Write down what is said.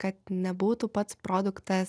kad nebūtų pats produktas